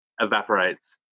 evaporates